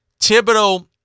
Thibodeau